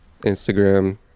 Instagram